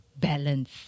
balance